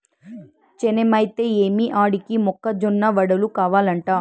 చేనేమైతే ఏమి ఆడికి మొక్క జొన్న వడలు కావలంట